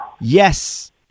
yes